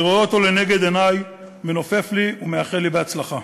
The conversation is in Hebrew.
אני רואה אותו לנגד עיני מנופף לי ומאחל לי הצלחה.